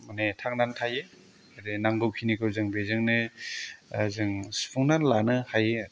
माने थांनानै थायो आरो नांगौखिनिखौ जों बेजोंनो जों संनानै लानो हायो आरो